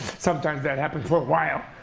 sometimes that happens for a while.